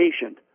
patient